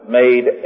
made